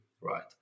right